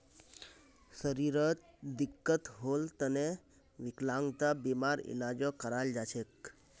शरीरत दिक्कत होल तने विकलांगता बीमार इलाजो कराल जा छेक